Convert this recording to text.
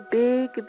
big